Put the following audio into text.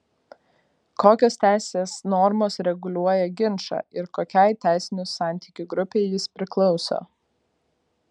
kokios teisės normos reguliuoja ginčą ir kokiai teisinių santykių grupei jis priklauso